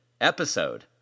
episode